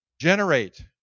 Generate